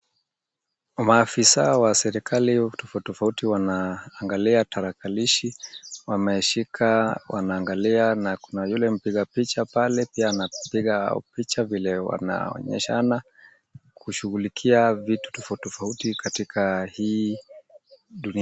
Maafisa wa serikali tofauti tofauti wanaangalia tarakilishi. Wameshika wanaangalia na kuna yule mpigapicha pale pia anapiga picha vile wanaonyeshana kushughulikia vitu tofauti tofauti katika hii dunia.